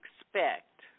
expect